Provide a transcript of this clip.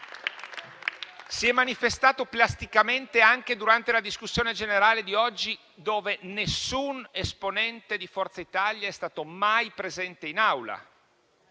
si è manifestato plasticamente anche durante la discussione generale di oggi, quando nessun esponente di Forza Italia è stato mai presente in Aula,